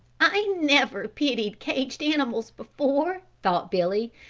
i never pitied caged animals before, thought billy,